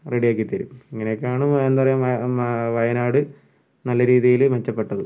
റെഡിയാക്കിത്തരും ഇങ്ങനെയൊക്കെയാണ് എന്താ പറയുക വയനാട് നല്ല രീതിയില് മെച്ചപ്പെട്ടത്